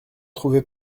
trouver